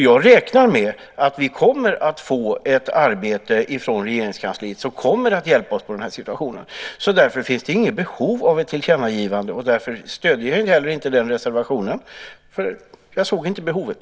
Jag räknar med att vi kommer att få ett arbete från Regeringskansliet som kommer att hjälpa oss med den här situationen, så därför finns det inget behov av ett tillkännagivande, och därför stöder jag heller inte den reservationen. Jag såg inte behovet.